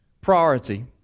priority